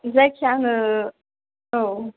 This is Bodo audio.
जायखिजाया आङो औ